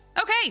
Okay